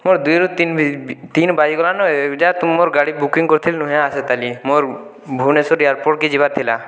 ମୋର ଦୁଇରୁ ତିନି ବାଜିଗଲାନ୍ ଏଯାଏ ତୁମର ଗାଡ଼ି ବୁକିଂ କରିଥିଲି ନୁହେଁ ଆସିତାଲି ମୋର ଭୁବନେଶ୍ୱର ଏୟାରପୋର୍ଟକେ ଯିବାର ଥିଲା